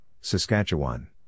Saskatchewan